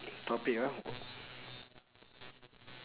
topic ah